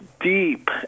deep